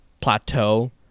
plateau